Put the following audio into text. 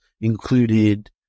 included